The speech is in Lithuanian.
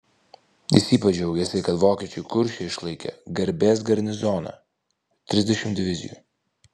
jis ypač džiaugėsi kad vokiečiai kurše išlaikė garbės garnizoną trisdešimt divizijų